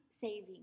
saving –